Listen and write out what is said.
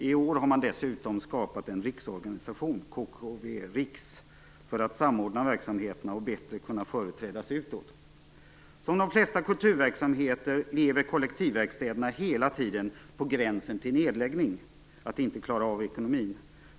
I år har man dessutom skapat en riksorganisation för att samordna verksamheten och kunna företrädas utåt. Som de flesta kulturverksamheter lever kollektivverkstäderna på gränsen till nedläggning, att inte klara av ekonomin.